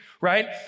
right